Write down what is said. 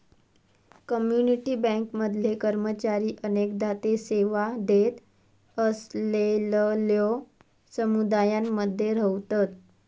community bank मधले कर्मचारी अनेकदा ते सेवा देत असलेलल्यो समुदायांमध्ये रव्हतत